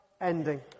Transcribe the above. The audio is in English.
ending